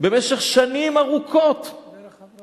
במשך שנים ארוכות, דרך חברות כוח-אדם.